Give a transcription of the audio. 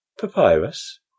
Papyrus